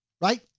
Right